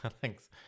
Thanks